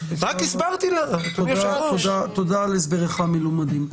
תודה על הסבריך המלומדים.